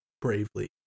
bravely